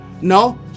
no